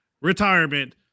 retirement